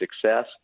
success